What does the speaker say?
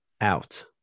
out